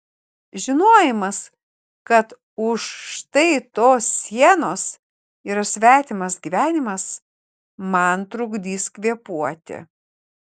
žinojimas kad už štai tos sienos yra svetimas gyvenimas man trukdys kvėpuoti